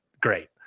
great